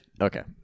okay